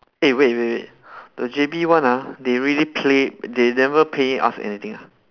eh wait wait wait the J_B one ah they really play they never paying us anything ah